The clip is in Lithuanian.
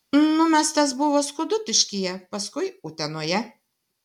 numestas buvo skudutiškyje paskui utenoje